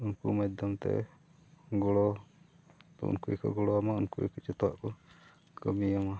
ᱩᱱᱠᱩ ᱢᱟᱫᱷᱚᱢ ᱛᱮ ᱜᱚᱲᱚ ᱛᱚ ᱩᱱᱠᱩ ᱜᱮᱠᱚ ᱜᱚᱲᱚ ᱟᱢᱟ ᱩᱱᱠᱩ ᱜᱮᱠᱚ ᱡᱚᱛᱚᱣᱟᱜ ᱠᱚ ᱠᱟᱹᱢᱤᱭᱟᱢᱟ